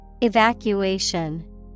Evacuation